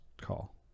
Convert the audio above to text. call